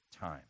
time